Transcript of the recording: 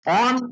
on